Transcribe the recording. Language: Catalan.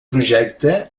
projecte